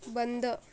बंद